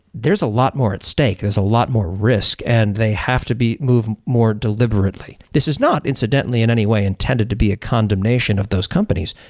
there's a lot more at stake. there's a lot more risk and they have to be moved more deliberately. this is not incidentally in any way intended to be a condemnation of those companies.